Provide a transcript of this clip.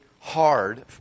hard